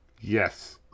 Yes